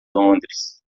londres